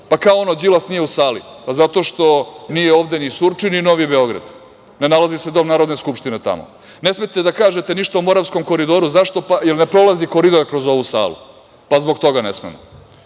Pa, kao, ono – Đilas nije u sali. Zato što nije ovde ni Surčin ni Novi Beograd, ne nalazi se dom Narodne skupštine tamo. Ne smete da kažete ništa o Moravskom koridoru. Zašto? Pa, jer ne prolazi koridor kroz ovu salu, pa zbog toga ne smemo.